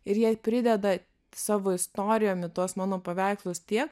ir jie prideda savo istorijom į tuos mano paveikslus tiek